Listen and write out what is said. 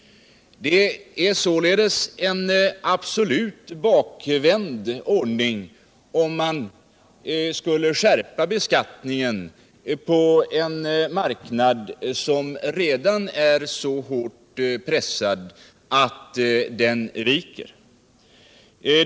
Det är därför en absolut bakvänd ordning att skärpa beskattningen, när marknaden redan är så hårt pressad att den viker.